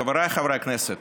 חבריי חברי הכנסת,